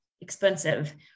expensive